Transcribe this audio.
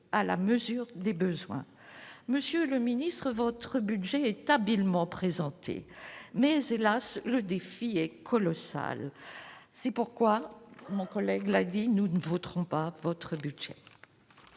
à la mesure des besoins, monsieur le ministre, votre budget est habilement présenté, mais hélas, le défi est colossal, c'est pourquoi mon collègue l'a dit, nous ne voterons pas votre budget.